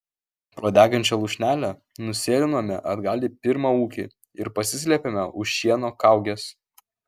pro degančią lūšnelę nusėlinome atgal į pirmą ūkį ir pasislėpėme už šieno kaugės